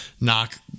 knock